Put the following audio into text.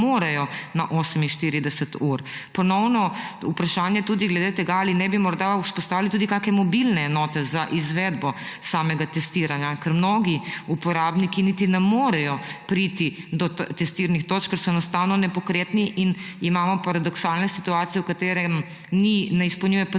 na 48 ur. Ponovno vprašanje tudi glede tega: Ali ne bi morda vzpostavili tudi kake mobilne enote za izvedbo samega testiranja, ker mnogi uporabniki niti ne morejo priti do testirnih točk, ker so enostavno nepokretni? Imamo paradoksalno situacijo, v kateri ne izpolnjuje PCT-pogoja